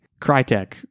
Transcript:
Crytek